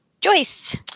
joyce